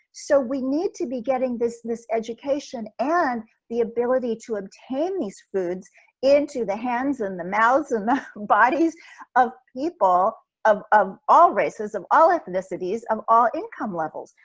so we need to be getting this this education and the ability to obtain these foods into the hands in and the mouths and bodies of people of of all races of all ethnicities of all income levels.